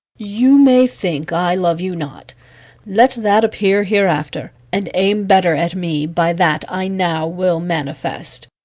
you may think i love you not let that appear hereafter, and aim better at me by that i now will manifest.